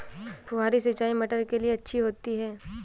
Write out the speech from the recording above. फुहारी सिंचाई मटर के लिए अच्छी होती है?